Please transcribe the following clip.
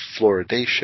fluoridation